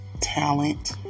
talent